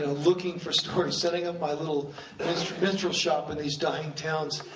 and looking for stories, setting up my little minstrel minstrel shop in these dying towns,